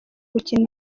gukina